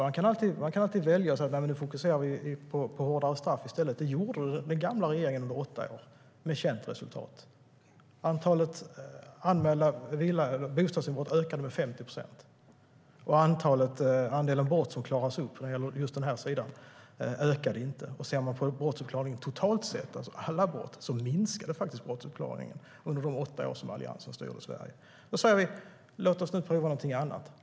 Man kan alltid välja, och säga att nu fokuserar vi på hårdare straff i stället. Det gjorde den gamla regeringen under åtta år med känt resultat. Antalet anmälda bostadsinbrott ökade med 50 procent. Andelen brott som klaras upp när det gäller just denna sida ökade inte. Om man ser på brottsuppklaringen totalt sett, alltså alla brott, minskade den faktiskt under de åtta år som Alliansen styrde Sverige.Nu säger vi: Låt oss prova någonting annat!